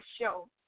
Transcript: show